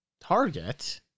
Target